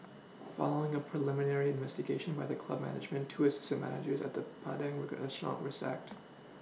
following a preliminary investigation by the club management two assistant managers at the Padang restaurant were sacked